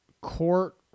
court